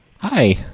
Hi